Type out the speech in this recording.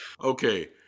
okay